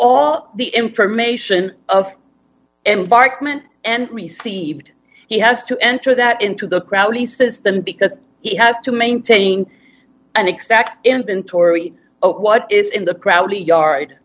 all the information of embarkment and received he has to enter that into the crowley system because he has to maintain an exact inventory of what is in the crowley yard